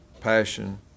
passion